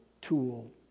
tool